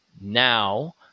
now